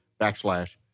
backslash